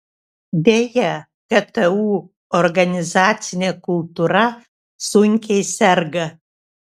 deja ktu organizacinė kultūra sunkiai serga